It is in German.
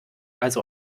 also